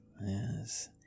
Yes